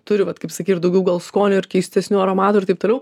turi vat kaip sakei ir daugiau gal skonių ir keistesnių aromatų ir taip toliau